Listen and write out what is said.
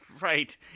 Right